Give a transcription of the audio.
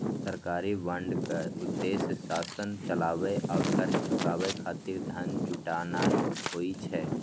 सरकारी बांडक उद्देश्य शासन चलाबै आ कर्ज चुकाबै खातिर धन जुटेनाय होइ छै